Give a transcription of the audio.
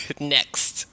Next